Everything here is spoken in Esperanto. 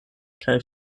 kaj